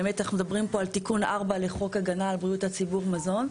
באמת אנחנו מדברים פה על תיקון 4 לחוק הגנה על בריאות הציבור (מזון),